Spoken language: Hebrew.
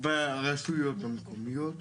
ברשויות המקומיות.